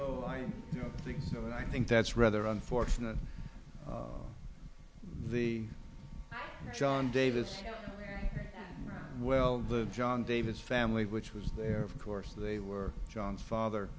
know i think you know i think that's rather unfortunate the john davis well the john davis family which was there of course they were john's father